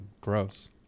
Gross